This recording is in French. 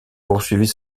poursuit